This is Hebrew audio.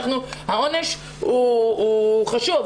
העונש הוא חשוב,